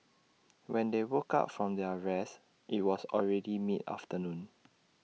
when they woke up from their rest IT was already mid afternoon